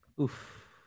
Oof